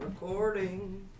recording